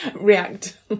react